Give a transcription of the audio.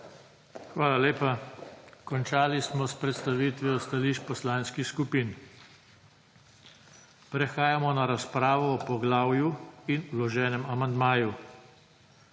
Hvala lepa. Končali smo s predstavitvijo stališč poslanskih skupin. Prehajamo na razpravo o poglavju in vloženem amandmaju.